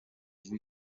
bwiza